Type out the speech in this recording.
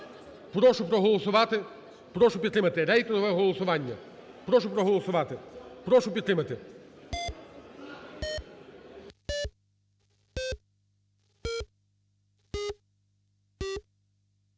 Прошу проголосувати, прошу підтримати, рейтингове голосування. Прошу проголосувати, прошу підтримати.